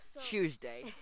Tuesday